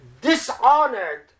dishonored